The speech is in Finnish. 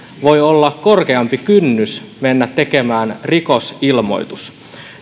voi olla korkeampi kynnys mennä tekemään rikosilmoitus